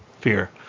fear